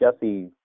Jesse